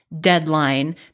deadline